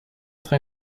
très